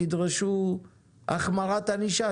תדרשו החמרת ענישה,